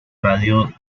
radio